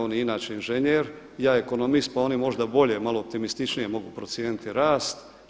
On je inače inženjer, ja ekonomist, pa oni možda bolje malo optimističnije mogu procijeniti rast.